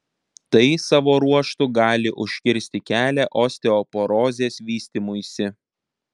tai savo ruožtu gali užkirsti kelią osteoporozės vystymuisi